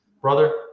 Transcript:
brother